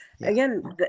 Again